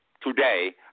today